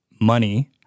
money